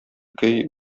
көй